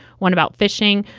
one about fishing.